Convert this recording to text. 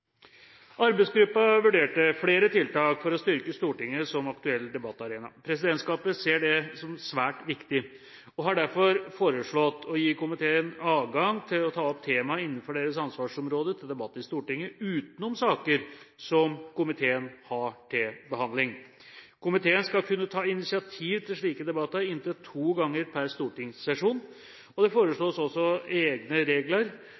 vurderte flere tiltak for å styrke Stortinget som aktuell debattarena. Presidentskapet ser det som svært viktig og har derfor foreslått å gi komiteene adgang til å ta opp temaer innenfor deres ansvarsområder til debatt i Stortinget, utenom saker som komiteene har til behandling. En komité skal kunne ta initiativ til slike debatter inntil to ganger per stortingssesjon. Det foreslås også egne regler